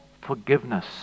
forgiveness